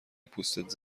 پوستت